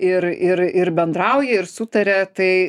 ir ir ir bendrauja ir sutaria tai